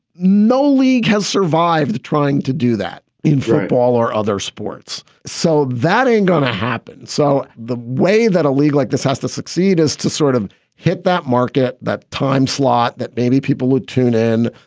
no league has survived trying to do that in football or other sports so that ain't gonna happen. so the way that a league like this has to succeed is to sort of hit that market, that time slot, that maybe people would tune in,